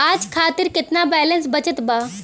आज खातिर केतना बैलैंस बचल बा?